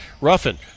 Ruffin